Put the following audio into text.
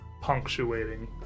punctuating